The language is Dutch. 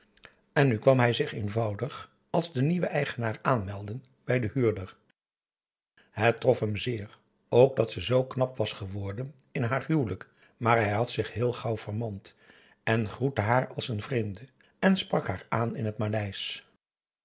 en nu kwam hij zich eenvoudig als de nieuwe eigenaar aanmelden bij den huurder het trof hem zeer ook dat ze zoo knap was geworden in haar huwelijk maar hij had zich heel gauw vermand en groette haar als een vreemde en sprak haar aan in het maleisch